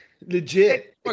legit